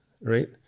right